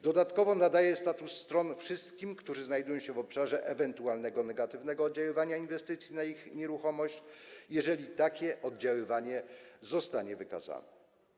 Dodatkowo nadaje status strony wszystkim tym, którzy znajdują się w obszarze ewentualnego negatywnego oddziaływania inwestycji na ich nieruchomość, jeżeli takie oddziaływanie zostanie wykazane.